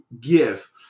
give